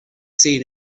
seen